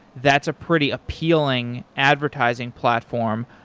that's a pretty appealing advertising platform,